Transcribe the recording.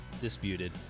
Disputed